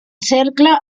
cercle